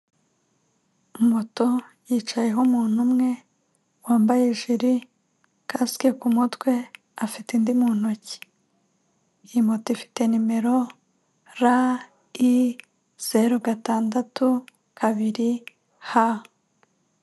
Moto yicayeho umuntu umwe wambaye ijiri, kasike ku mutwe afite indi mu ntoki. Iyi moto ifite nimero ra, i zeru gatandatu kabiri ha.